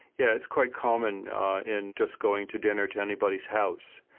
yeah. it's quite common in just going to dinner to anybody's house.